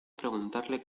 preguntarle